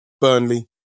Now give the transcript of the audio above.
Burnley